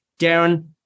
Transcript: Darren